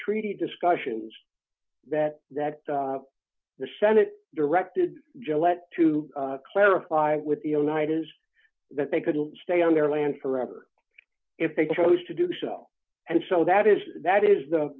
treaty discussions that that the senate directed gillette to clarify with the oneidas that they could stay on their land forever if they chose to do so and so that is that is the